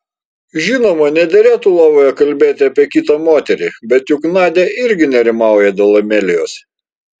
žinoma nederėtų lovoje kalbėti apie kitą moterį bet juk nadia irgi nerimauja dėl amelijos